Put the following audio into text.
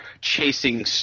chasing